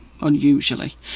unusually